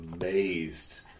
amazed